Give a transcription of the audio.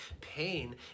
Pain